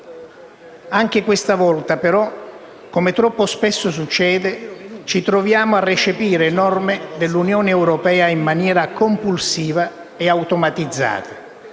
Anche questa volta, però, come troppo spesso succede, ci troviamo a recepire norme dell'Unione europea in maniera compulsiva e automatizzata,